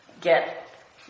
get